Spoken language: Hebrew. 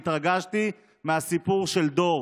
והתרגשתי מהסיפור של דור.